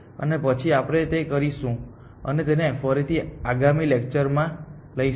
અને પછી આપણે તે કરીશું અમે તેને ફરીથી આગામી લેકચર માં લઈશું